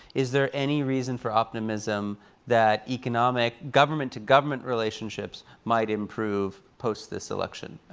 is there any reason for optimism that economic, government-to-government relationships might improve post this election?